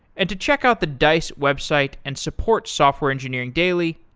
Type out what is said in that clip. and to check out the dice website and support software engineering daily,